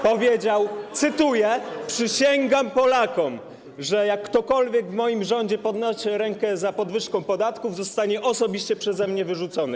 powiedział: Przysięgam Polakom, że ktokolwiek w moim rządzie podniesie rękę za podwyżką podatków, zostanie osobiście przeze mnie wyrzucony.